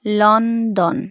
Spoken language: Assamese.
লণ্ডণ